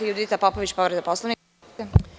Judita Popović, povreda Poslovnika.